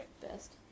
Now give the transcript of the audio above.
best